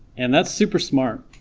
and that's super smart,